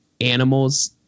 animals